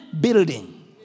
building